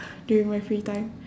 during my free time